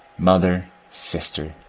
mother, sister!